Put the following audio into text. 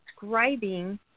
describing